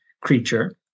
creature